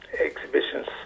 exhibitions